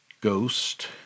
ghost